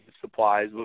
supplies